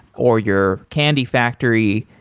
or your candy factory,